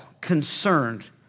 concerned